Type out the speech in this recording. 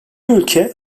ülke